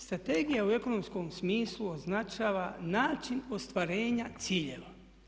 Strategija u ekonomskom smislu označava način ostvarenja ciljeva.